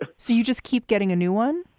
ah so you just keep getting a new one?